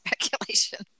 speculation